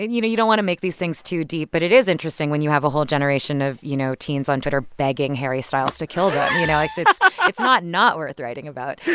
you know, you don't want to make these things too deep. but it is interesting when you have a whole generation of, you know, teens on twitter begging harry styles to kill them, you know? like it's it's not, not worth writing about.